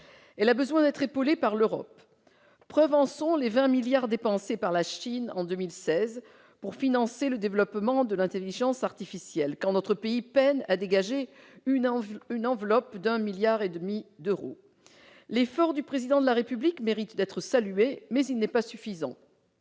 Elle a besoin d'être épaulée par l'Europe. Preuve en sont les 20 milliards dépensés par la Chine en 2016 pour financer le développement de l'intelligence artificielle, quand notre pays peine à dégager une enveloppe de 1,5 milliard d'euros. L'effort du Président de la République mérite d'être salué, mais il n'est pas suffisant.